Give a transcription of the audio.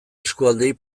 eskualdeei